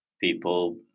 people